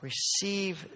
Receive